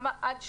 גם עד 34,